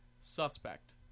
Suspect